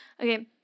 Okay